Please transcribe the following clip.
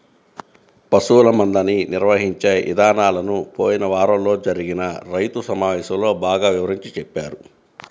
పశువుల మందని నిర్వహించే ఇదానాలను పోయిన వారంలో జరిగిన రైతు సమావేశంలో బాగా వివరించి చెప్పారు